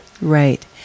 Right